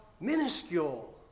minuscule